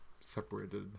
separated